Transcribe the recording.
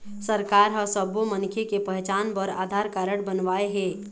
सरकार ह सब्बो मनखे के पहचान बर आधार कारड बनवाए हे